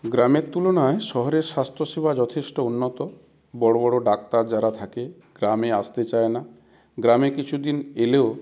গ্রামের তুলনায় শহরের স্বাস্থ্য সেবা যথেষ্ট উন্নত বড়ো বড়ো ডাক্তার যারা থাকে গ্রামে আসতে চায় না গ্রামে কিছুদিন এলেও